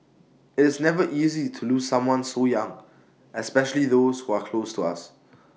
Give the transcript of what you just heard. IT is never easy to lose someone so young especially those who are close to us